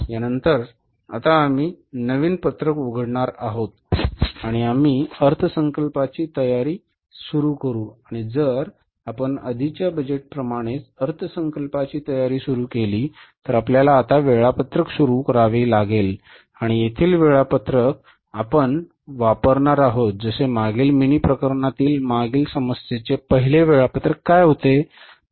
यानंतर आता आम्ही नवीन पत्रक उघडणार आहोत आणि आम्ही अर्थसंकल्पाची तयारी सुरू करू आणि जर आपण आधीच्या बजेटप्रमाणेच अर्थसंकल्पाची तयारी सुरू केली तर आपल्याला आता वेळापत्रकं सुरू करावी लागेल आणि येथील वेळापत्रक आपण वापरणार आहोत जसे मागील मिनी प्रकरणात मागील समस्येचे पहिले वेळापत्रक काय होते